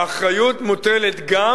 האחריות מוטלת גם